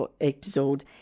episode